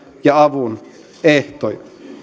ja avun ehtoja